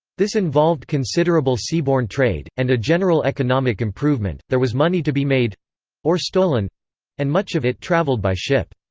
this involved considerable seaborne trade, and a general economic improvement there was money to be made or stolen and much of it traveled by ship.